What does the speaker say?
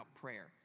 prayer